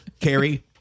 Carrie